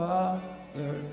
Father